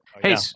Hey